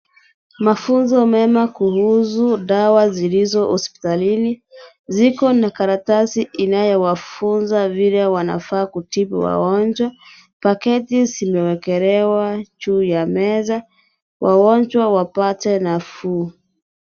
Mafunzo mema kuhusu dawa zilizo hospitalini. Ziko na karatasi inayowafunza vile wanafaa kutibu wagonjwa. Paketi zimewekelewa juu ya meza. Wagonjwa wapate nafuu.